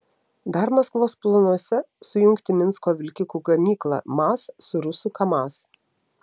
dar maskvos planuose sujungti minsko vilkikų gamyklą maz su rusų kamaz